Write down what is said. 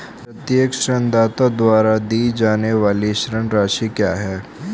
प्रत्येक ऋणदाता द्वारा दी जाने वाली ऋण राशि क्या है?